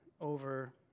over